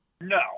No